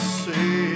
say